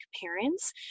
parents